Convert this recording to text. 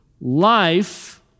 life